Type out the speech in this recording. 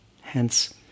Hence